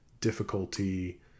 difficulty